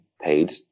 paid